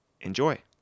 Enjoy